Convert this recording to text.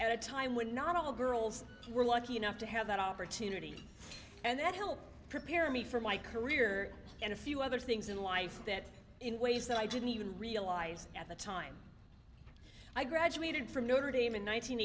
at a time when not all girls were lucky enough to have that opportunity and that helped prepare me for my career and a few other things in life that in ways that i didn't even realize at the time i graduated from notre dame in one nine